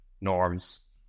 norms